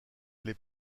les